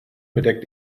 bedeckt